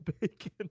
Bacon